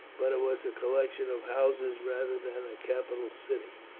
but it was a collection of houses rather than a capital city.